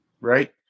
right